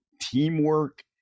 teamwork